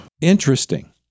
Interesting